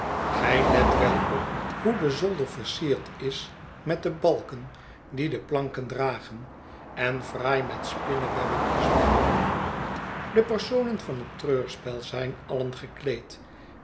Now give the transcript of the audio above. gij let wel op hoe de zolder versierd is met de balken die de planken dragen en fraai met spinnewebben is behangen de personen van het treurspel zijn alien gekleed